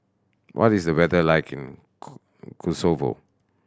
what is the weather like in Kosovo